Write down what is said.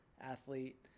athlete